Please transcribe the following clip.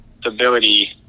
stability